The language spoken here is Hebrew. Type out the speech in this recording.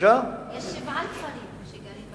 יש שבעה כפרים שגרים בהם.